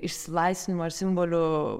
išsilaisvinimo ir simboliu